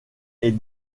est